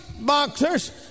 boxers